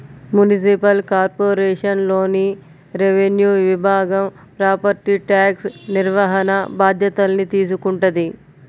municipal కార్పొరేషన్లోని revenue విభాగం property tax నిర్వహణ బాధ్యతల్ని తీసుకుంటది